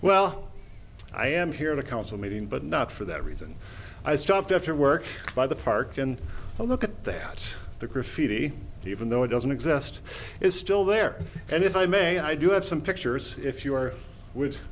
well i am here in a council meeting but not for that reason i stopped after work by the park and a look at that the graffiti even though it doesn't exist is still there and if i may i do have some pictures if you are w